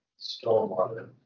stormwater